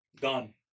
Done